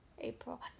April